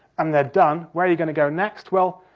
and they're done, where are you going to go next? well,